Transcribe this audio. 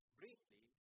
briefly